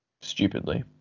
Stupidly